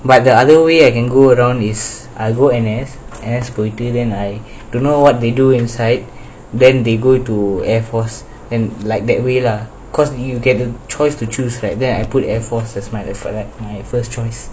but the other way I can go around is I go N_S பொயிடு:poitu I don't know what they do inside then they go to air force and like that way lah cause you get to choose right then I put airforce as my first choice